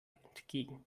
entgegen